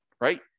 right